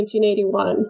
1981